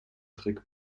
trick